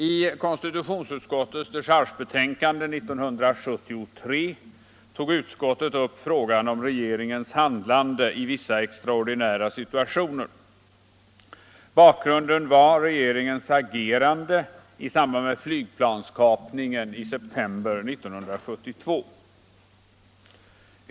I konstitutionsutskottets dechargebetänkande 1973 tog utskottet upp frågan om regeringens handlande i vissa extraordinära situationer. Bakgrunden var regeringens agerande i samband med flygplanskapningen i september 1972.